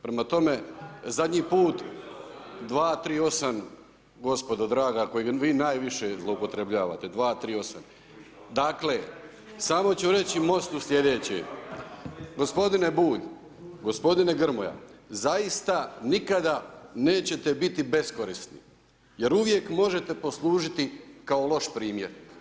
Prema tome, zadnji put, …… [[Upadica se ne čuje.]] 238. gospodo draga kojega vi najviše zloupotrebljavate, 238., dakle, samo ću reći MOST-u sljedeće, gospodine Bulj, gospodine Grmoja, zaista nikada nećete biti beskorisni jer uvijek možete poslužiti kao loš primjer.